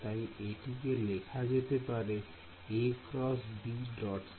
তাই এটিকে লেখা যেতে পারে a × b · c